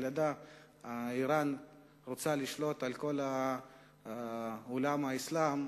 שאירן רוצה לשלוט על כל עולם האסלאם,